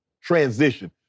transition